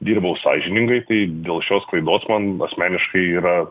dirbau sąžiningai kai dėl šios klaidos man asmeniškai yra